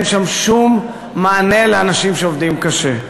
אין שם שום מענה לאנשים שעובדים קשה.